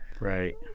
Right